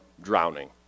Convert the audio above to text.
Drowning